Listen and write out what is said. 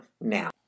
now